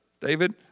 David